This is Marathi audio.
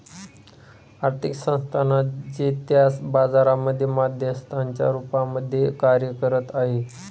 आर्थिक संस्थानांना जे त्या बाजारांमध्ये मध्यस्थांच्या रूपामध्ये कार्य करत आहे